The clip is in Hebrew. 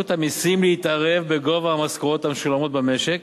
המסים להתערב בגובה המשכורות המשולמות במשק